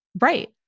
right